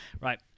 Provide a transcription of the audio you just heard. Right